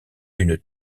une